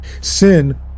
Sin